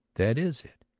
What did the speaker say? that is it?